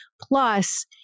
Plus